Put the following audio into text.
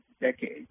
decades